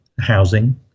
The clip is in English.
housing